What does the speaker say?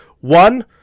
One